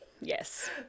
yes